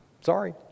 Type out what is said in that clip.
Sorry